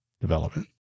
development